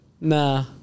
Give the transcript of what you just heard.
Nah